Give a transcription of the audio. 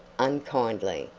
unkindly.